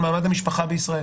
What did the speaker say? מעמד על מעמד המשפחה בישראל?